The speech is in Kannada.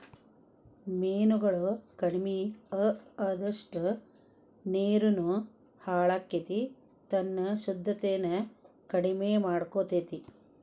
ಮೇನುಗಳು ಕಡಮಿ ಅಅದಷ್ಟ ನೇರುನು ಹಾಳಕ್ಕತಿ ತನ್ನ ಶುದ್ದತೆನ ಕಡಮಿ ಮಾಡಕೊತತಿ